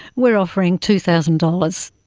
we're offering two thousand dollars.